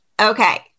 okay